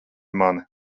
mani